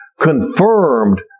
confirmed